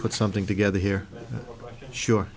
put something together here sure